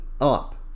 up